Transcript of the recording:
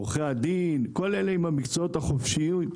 עורכי דין ובעלי מקצועות חופשיים,